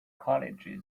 colleges